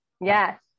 Yes